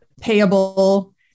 payable